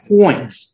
point